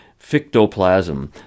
fictoplasm